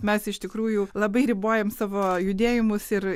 mes iš tikrųjų labai ribojam savo judėjimus ir